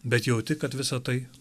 bet jauti kad visa tai